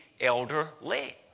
elderly